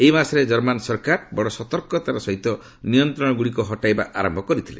ଏହି ମାସରେ ଜର୍ମାନ୍ ସରକାର ବଡ଼ ସତର୍କତାର ସହିତ ନିୟନ୍ତ୍ରଣ ଗୁଡ଼ିକ ହଟାଇବା ଆରମ୍ଭ କରିଥିଲେ